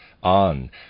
on